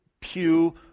pew